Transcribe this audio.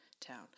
town